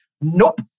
nope